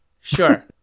sure